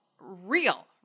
real